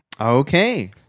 Okay